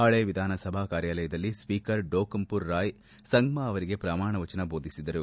ಹಳೆ ವಿಧಾನಸಭಾ ಕಾರ್ಯಾಲಯದಲ್ಲಿ ಸ್ವೀಕರ್ ಡೋಂಕುಪರ್ ರಾಯ್ ಸಂಗ್ನಾ ಅವರಿಗೆ ಪ್ರಮಾಣ ವಚನ ಬೋಧಿಸಿದರು